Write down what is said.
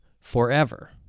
forever